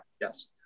Yes